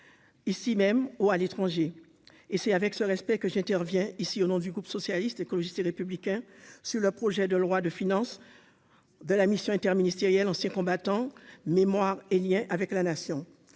ici même au à l'étranger et c'est avec ce respect que j'étais revient ici au nom du groupe socialiste, écologiste et républicain sur le projet de loi de finances de la Mission interministérielle Anciens combattants, mémoire et Liens avec la nation